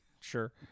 Sure